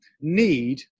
need